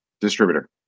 distributor